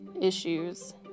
issues